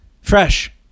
Fresh